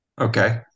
Okay